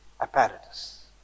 apparatus